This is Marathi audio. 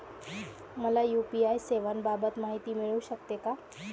मला यू.पी.आय सेवांबाबत माहिती मिळू शकते का?